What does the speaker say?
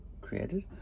created